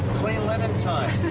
clean linen time.